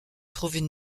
trouvent